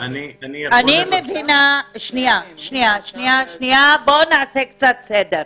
נעשה קצת סדר.